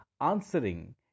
answering